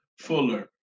Fuller